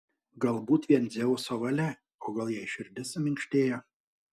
galbūt vien dzeuso valia o gal jai širdis suminkštėjo